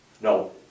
no